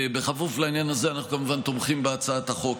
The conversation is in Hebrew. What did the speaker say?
ובכפוף לעניין הזה אנחנו כמובן תומכים בהצעת החוק.